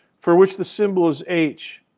for which the symbol is h.